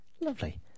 lovely